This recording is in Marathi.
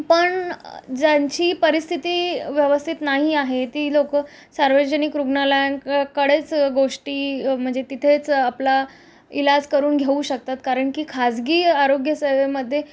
पण ज्यांची परिस्थिती व्यवस्थित नाही आहे ती लोकं सार्वजनिक रुग्णालयांककडेच गोष्टी म्हणजे तिथेच आपला इलाज करून घेऊ शकतात कारण की खाजगी आरोग्य सेवेमध्ये